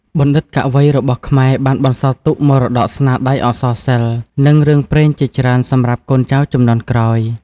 បណ្ឌិត កវីរបស់ខ្មែរបានបន្សល់ទុកមរតកស្នាដៃអក្សរសិល្ប៍ និងរឿងព្រេងជាច្រើនសម្រាប់កូនចៅជំនាន់ក្រោយ។